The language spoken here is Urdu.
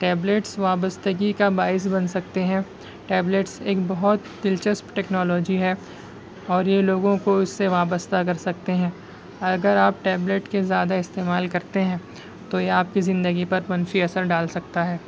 ٹیبلیٹس وابستگی کا باعث بن سکتے ہیں ٹیبلیٹس ایک بہت دلچسپ ٹیکنالوجی ہے اور یہ لوگوں کو اس سے وابسطہ کر سکتے ہیں اگر آپ ٹیبلیٹ کے زیادہ استعمال کرتے ہیں تو یہ آپ کی زندگی پر منفی اثر ڈال سکتا ہے